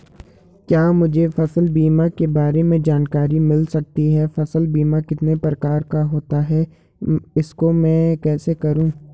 क्या मुझे फसल बीमा के बारे में जानकारी मिल सकती है फसल बीमा कितने प्रकार का होता है इसको मैं कैसे करूँ?